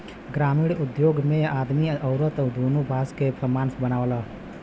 ग्रामिण उद्योग मे आदमी अउरत दुन्नो बास के सामान बनावलन